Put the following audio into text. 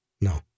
no